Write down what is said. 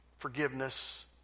forgiveness